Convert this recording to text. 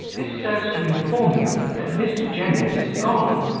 this serves to inform you, that mr. jennings is gone,